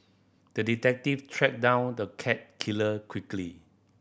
the detective tracked down the cat killer quickly